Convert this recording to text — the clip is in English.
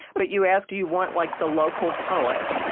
but you ask, do you want like the local poet,